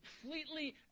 completely